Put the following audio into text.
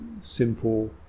simple